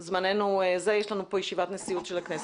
יש לנו כאן ישיבת נשיאות של הכנסת.